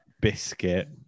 biscuit